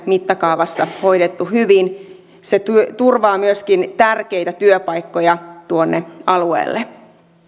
mittakaavassa hoidettu hyvin se turvaa myöskin tärkeitä työpaikkoja tuonne alueelle